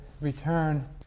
return